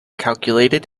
calculated